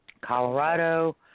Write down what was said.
Colorado –